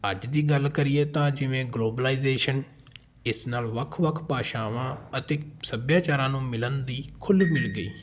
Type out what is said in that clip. ਅੱਜ ਦੀ ਗੱਲ ਕਰੀਏ ਤਾਂ ਜਿਵੇਂ ਗਲੋਬਲਾਈਜੇਸ਼ਨ ਇਸ ਨਾਲ ਵੱਖ ਵੱਖ ਭਾਸ਼ਾਵਾਂ ਅਤੇ ਸੱਭਿਆਚਾਰਾਂ ਨੂੰ ਮਿਲਣ ਦੀ ਖੁੱਲ੍ਹ ਮਿਲ ਗਈ